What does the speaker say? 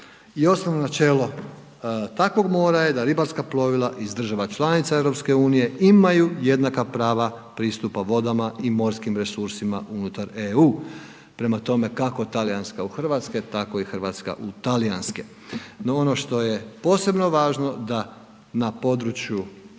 osnovno načelo takvog mora je da ribarska plovila iz država članica EU imaju jednaka prava pristupa vodama i morskim resursima unutar EU. Prema tome kako talijanska u hrvatske, tako i hrvatska u talijanske. No, ono što je posebno važno da na području